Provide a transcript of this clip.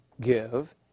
give